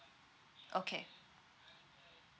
okay